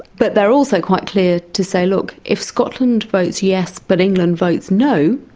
but they are also quite clear to say, look, if scotland votes yes but england votes no,